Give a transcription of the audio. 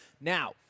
Now